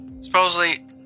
Supposedly